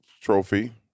Trophy